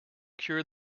cure